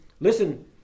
Listen